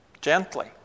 Gently